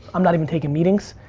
i'm not even taking meetings.